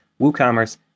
WooCommerce